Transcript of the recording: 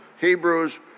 Hebrews